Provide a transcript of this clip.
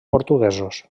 portuguesos